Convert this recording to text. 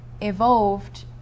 evolved